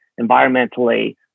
environmentally